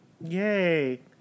Yay